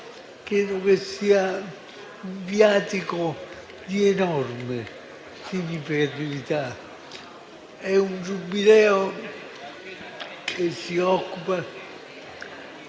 credo sia un viatico di enorme significatività. È un Giubileo che si occupa,